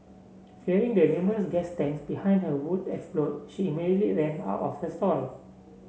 fearing the numerous gas tanks behind her would explode she immediately ran out of her stall